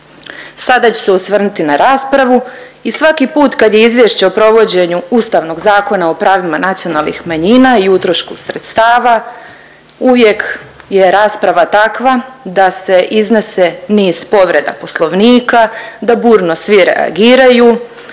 Sada ću se osvrnuti na raspravu i svaki put kad je izvješće o provođenju Ustavnog zakona o pravima nacionalnih manjina i utrošku sredstava uvijek je rasprava takva da se iznese niz povreda Poslovnika, da burno svi reagiraju